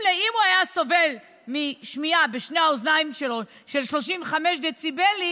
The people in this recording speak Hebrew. אם הוא היה סובל מירידה בשמיעה בשתי האוזניים שלו של 35 דציבלים,